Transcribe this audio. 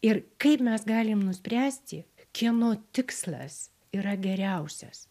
ir kaip mes galim nuspręsti kieno tikslas yra geriausias